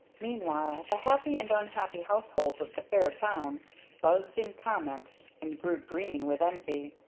meanwhile the happy and unhappy households of the fair town buzzed in comment and grew green with envy.